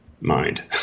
mind